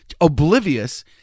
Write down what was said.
oblivious